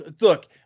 look